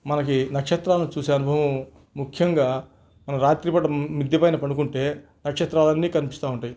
మనకి నక్షత్రాలను చూసే అనుభవం ముఖ్యంగా మనం రాత్రిపూట మిద్దె పైన పడుకుంటే నక్షత్రాలన్నీ కనిపిస్తూ ఉంటాయి